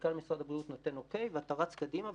ומנכ"ל משרד הבריאות נותן אוקיי ואתה רץ קדימה.